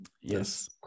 Yes